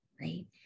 Right